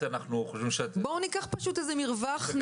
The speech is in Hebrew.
בואו ניקח איזה מרווח נשימה.